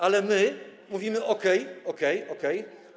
Ale my mówimy, okej, okej, okej.